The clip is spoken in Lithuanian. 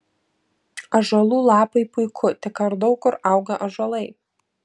ąžuolų lapai puiku tik ar daug kur auga ąžuolai